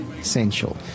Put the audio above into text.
essential